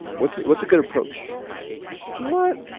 what's what's a good approach you want?